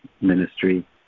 ministry